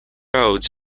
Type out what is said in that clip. roads